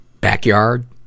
backyard